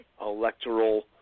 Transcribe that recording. electoral